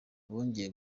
bongeye